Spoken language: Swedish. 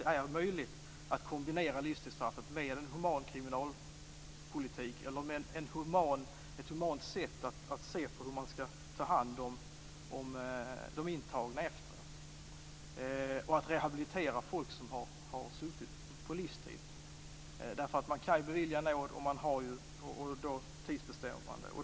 Det är möjligt att kombinera livstidsstraffet med en human kriminalpolitik, dvs. ett humant sätt att se på hur man skall ta om hand de intagna och rehabilitera de som sitter på livstid. Det går att bevilja nåd, och då tidsbestäms straffet.